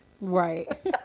Right